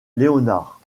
léonard